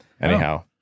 Anyhow